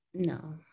No